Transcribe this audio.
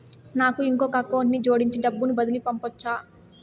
నాకు ఇంకొక అకౌంట్ ని జోడించి డబ్బును బదిలీ పంపొచ్చా?